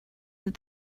that